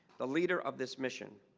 the leader of this mission